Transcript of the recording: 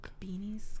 beanies